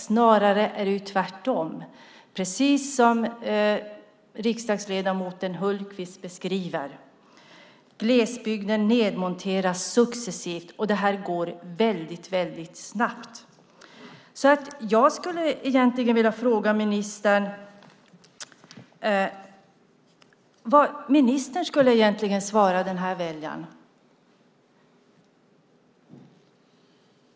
Snarare är det tvärtom, precis som riksdagsledamoten Hultqvist beskriver. Glesbygden nedmonteras successivt, och det går väldigt snabbt. Jag skulle vilja fråga vad ministern skulle svara den här väljaren.